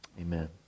Amen